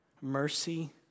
mercy